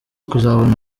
kuzabona